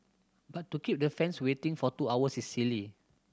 but to keep the fans waiting for two hours is silly